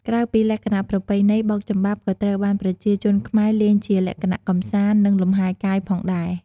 ក្រៅពីលក្ខណៈប្រពៃណី បោកចំបាប់ក៏ត្រូវបានប្រជាជនខ្មែរលេងជាលក្ខណៈកម្សាន្ត និងលំហែរកាយផងដែរ។